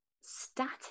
static